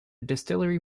distillery